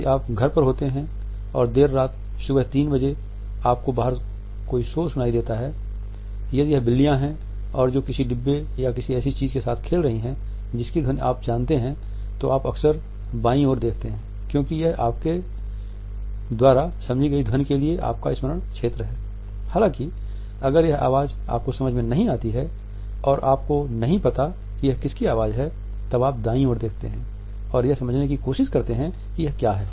यदि आप घर पर होते हैं और देर रात सुबह 3 बजे आपको बाहर शोर सुनाई देता है यदि यह बिल्लियाँ हैं जो डिब्बे या किसी ऐसी चीज से खेल रही हैं जिसकी ध्वनि आप जानते हैं तो आप अक्सर बाईं ओर देखते हैं क्योंकि यह यह आपके द्वारा समझी गई ध्वनि के लिए आपका स्मरण क्षेत्र है हालाँकि अगर यह आवाज़ आपको समझ में नहीं आती है और आपको नहीं पता है यह किसकी आवाज़ है तब आप दाईं ओर देखते हैं और यह समझने की कोशिश करते हैं कि यह क्या है